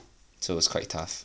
so is quite tough